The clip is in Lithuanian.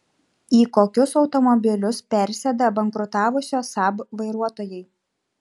į kokius automobilius persėda bankrutavusio saab vairuotojai